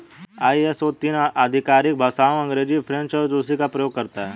ISO तीन आधिकारिक भाषाओं अंग्रेजी, फ्रेंच और रूसी का प्रयोग करता है